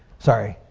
sorry.